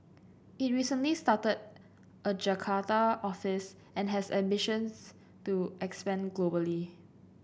it recently started a Jakarta office and has ambitions to expand globally